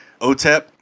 OTEP